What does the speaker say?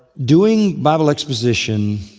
doing bible exposition